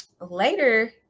later